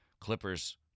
Clippers